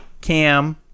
Cam